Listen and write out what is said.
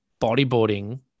bodyboarding